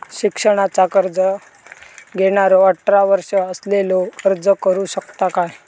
शिक्षणाचा कर्ज घेणारो अठरा वर्ष असलेलो अर्ज करू शकता काय?